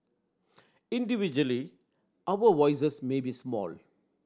individually our voices may be small